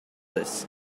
this